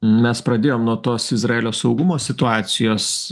mes pradėjom nuo tos izraelio saugumo situacijos